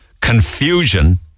confusion